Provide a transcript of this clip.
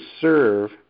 serve